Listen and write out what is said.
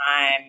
time